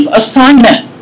assignment